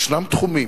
יש תחומים,